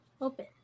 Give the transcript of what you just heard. Open